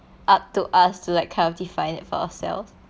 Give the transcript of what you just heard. up to us to like kind of define it for ourselves